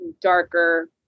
darker